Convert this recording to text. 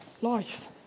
life